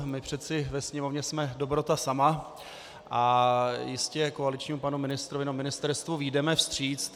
My přece ve Sněmovně jsme dobrota sama a jistě koaličnímu panu ministrovi a ministerstvu vyjdeme vstříc.